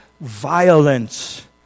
violence